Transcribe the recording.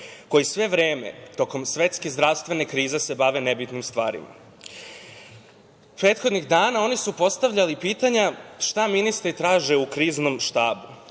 koji sve vreme tokom svetske zdravstvene krize se bave nebitnim stvarima. Prethodnih dana oni su postavljali pitanja – šta ministri traže u Kriznom štabu,